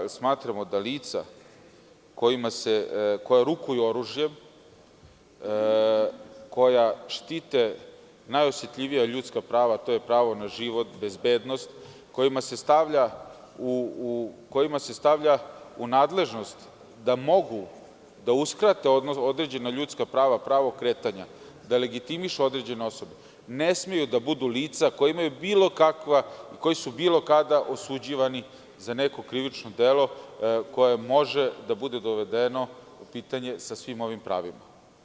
Smatramo da lica koja rukuju oružjem, koja štite najosetljivija ljudska prava, a to je pravo na život, bezbednost, kojima se stavlja u nadležnost da mogu da uskrate određena ljudska prava, pravo kretanja, da legitimišu određene osobe, ne smeju da budu lica koja su bilo kada osuđivana za neko krivično delo koje može da bude dovedeno u pitanje sa svim ovim pravima.